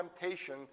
temptation